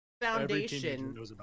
Foundation